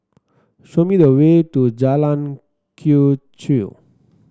show me the way to Jalan Quee Chew